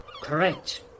Correct